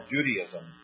Judaism